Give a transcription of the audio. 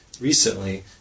recently